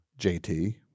JT